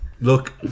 look